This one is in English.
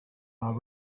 are